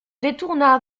détourna